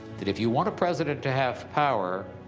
that if you want a president to have power,